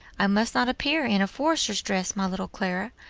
i must not appear in a forester's dress, my little clara.